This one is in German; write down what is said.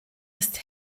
ist